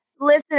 listen